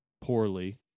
poorly